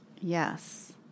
Yes